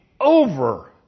over